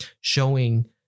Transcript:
showing